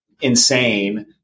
insane